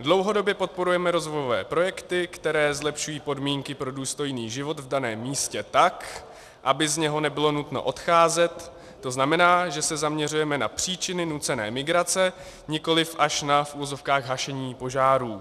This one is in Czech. Dlouhodobě podporujeme rozvojové projekty, které zlepšují podmínky pro důstojný život v daném místě, tak aby z něho nebylo nutno odcházet, tzn., že se zaměřujeme na příčiny nucené migrace, nikoliv až na v uvozovkách hašení požárů.